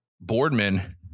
boardman